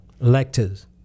lectures